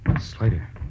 Slater